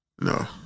no